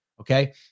okay